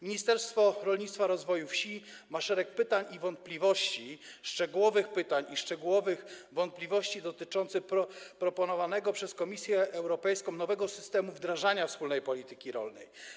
Ministerstwo Rolnictwa i Rozwoju Wsi ma szereg pytań i wątpliwości, szczegółowych pytań i szczegółowych wątpliwości, dotyczących proponowanego przez Komisję Europejską nowego systemu wdrażania wspólnej polityki rolnej.